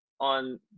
on